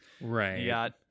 Right